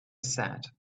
said